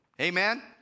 Amen